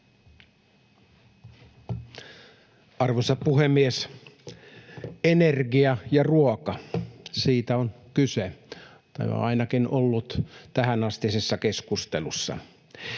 Arvoisa puhemies! Energia ja ruoka, niistä on kyse, tai ainakin ne ovat olleet tähänastisessa keskustelussa.